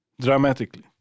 dramatically